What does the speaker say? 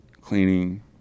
cleaning